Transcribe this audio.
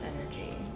energy